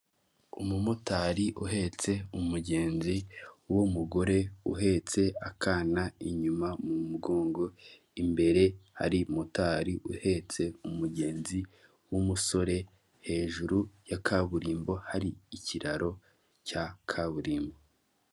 Umumotari uhetse umugenzi w'umugore uhetse akana inyuma mu mugongo, imbere hari motari uhetse umugenzi w'umusore, hejuru ya kaburimbo hari ikiraro cya kaburimbo.